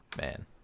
Man